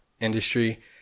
industry